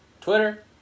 Twitter